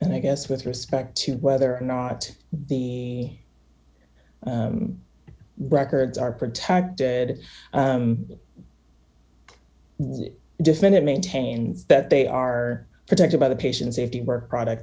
and i guess with respect to whether or not the records are protected the defendant maintains that they are protected by the patient safety work product